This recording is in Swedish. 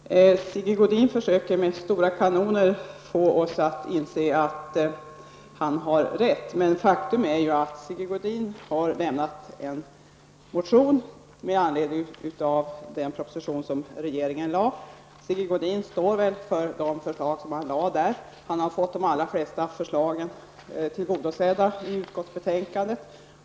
Herr talman! Sigge Godin försöker att med stora kanoner få oss att inse att han har rätt. Men faktum är att Sigge Godin har väckt en motion med anledning av den proposition som regeringen lade fram. Sigge Godin står väl för de förslag han lade fram i den motionen? Han har fått de allra flesta förslagen tillgodosedda i utskottsbetänkandet.